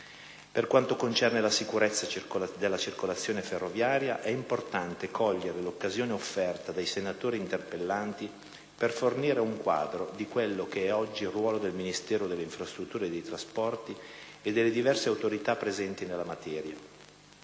Per quanto concerne la sicurezza della circolazione ferroviaria, è importante cogliere l'occasione offerta dai senatori interpellanti per fornire un quadro di quello che è oggi il ruolo del Ministero delle infrastrutture e dei trasporti e delle diverse autorità presenti nella materia.